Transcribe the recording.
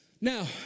Now